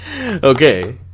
Okay